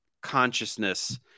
consciousness